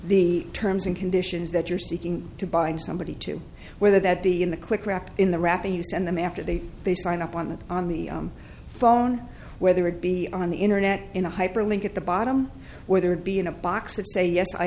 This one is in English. the terms and conditions that you're seeking to bind somebody to whether that be in the click wrap in the wrapping you send them after they they sign up on it on the phone whether it be on the internet in a hyperlink at the bottom whether it be in a box of say yes i